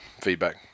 feedback